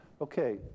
Okay